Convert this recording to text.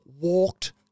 walked